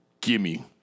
Gimme